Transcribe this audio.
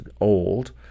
old